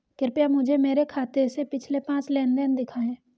कृपया मुझे मेरे खाते से पिछले पांच लेनदेन दिखाएं